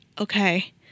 okay